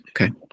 Okay